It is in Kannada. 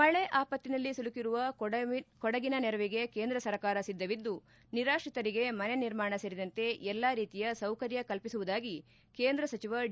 ಮಳೆ ಅಪತ್ತಿನಲ್ಲಿ ಸಿಲುಕಿರುವ ಕೊಡಗಿನ ನೆರವಿಗೆ ಕೇಂದ್ರ ಸರ್ಕಾರ ಸಿದ್ದವಿದ್ದು ನಿರಾತ್ರಿತರಿಗೆ ಮನೆ ನಿರ್ಮಾಣ ಸೇರಿದಂತೆ ಎಲ್ಲಾ ರೀತಿಯ ಸೌಕರ್ಯ ಕಲ್ಪಿಸುವುದಾಗಿ ಕೇಂದ್ರ ಸಚಿವ ಡಿ